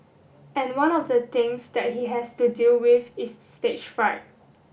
and one of the things that he has to deal with is stage fright